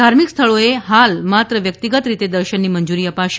ધાર્મિક સ્થળો હાલ માત્ર વ્યક્તિગત રીતે દર્શનની મંજુરી અપાશે